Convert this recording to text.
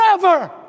Forever